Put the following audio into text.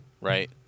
right